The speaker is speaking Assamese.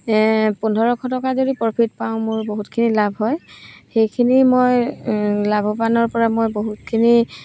পোন্ধৰশ টকা যদি প্ৰফিট পাওঁ মোৰ বহুতখিনি লাভ হয় সেইখিনি মই লাভৱানৰপৰা মই বহুতখিনি